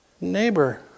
neighbor